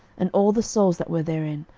and all the souls that were therein,